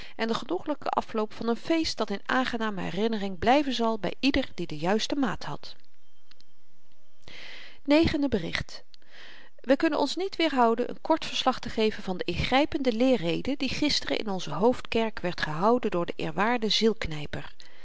en den genoegelyken afloop van n feest dat in aangename herinnering blyven zal by ieder die de juiste maat had negende bericht we kunnen ons niet weerhouden n kort verslag te geven van de ingrypende leerrede die gisteren in onze hoofdkerk werd gehouden door den